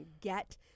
get